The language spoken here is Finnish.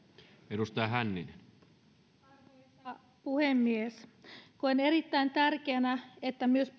arvoisa puhemies koen erittäin tärkeänä että myös